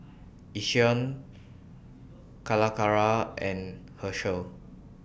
Yishion Calacara and Herschel